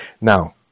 now